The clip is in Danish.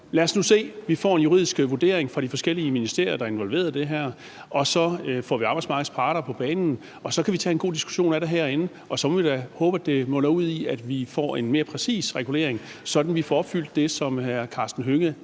lad os nu se. Vi får en juridisk vurdering fra de forskellige ministerier, der er involveret i det her, og så får vi arbejdsmarkedets parter på banen, og så kan vi tage en god diskussion af det herinde. Og så må vi da håbe, at det munder ud i, at vi får en mere præcis regulering, sådan at vi får opfyldt det, som hr. Karsten Hønge